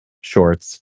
shorts